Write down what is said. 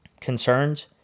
Concerns